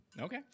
Okay